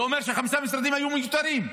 זה אומר שחמישה משרדים היו מיותרים.